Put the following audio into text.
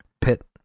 Pit